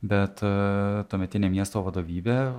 bet tuometinė miesto vadovybė